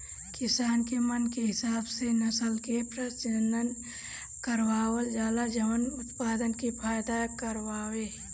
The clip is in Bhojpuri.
किसान के मन के हिसाब से नसल के प्रजनन करवावल जाला जवन उत्पदान में फायदा करवाए